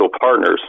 partners